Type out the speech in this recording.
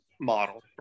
Model